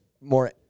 more